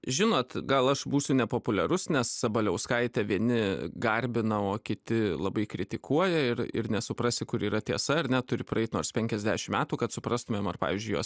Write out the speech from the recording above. žinot gal aš būsiu nepopuliarus nes sabaliauskaitę vieni garbina o kiti labai kritikuoja ir ir nesuprasi kur yra tiesa ar ne turi praeit nors penkiasdešim metų kad suprastumėm ar pavyzdžiui jos